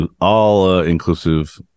all-inclusive